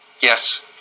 Yes